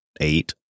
eight